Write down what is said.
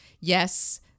Yes